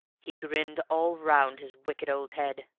he grinned all round his wicked old head.